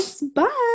bye